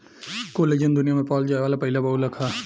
collagen दुनिया में पावल जाये वाला पहिला बहुलक ह